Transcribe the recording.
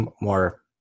more